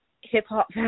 hip-hop